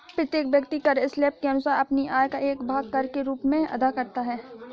प्रत्येक व्यक्ति कर स्लैब के अनुसार अपनी आय का एक भाग कर के रूप में अदा करता है